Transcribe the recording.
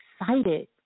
excited